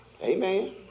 Amen